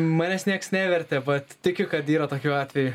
manęs nieks nevertė vat tikiu kad yra tokių atvejų